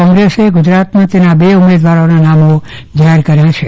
કોંગ્રેસે ગુજરાતમાં તેના બે ઉમેદવારો નામ જાહેર કર્યા છે